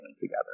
together